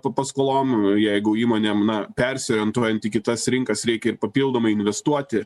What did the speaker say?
paskolom jeigu įmonėm na persiorientuojant į kitas rinkas reikia ir papildomai investuoti